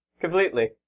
completely